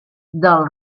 del